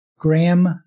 Graham